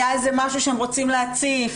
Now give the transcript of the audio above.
היה איזה משהו שהם רוצים להציף.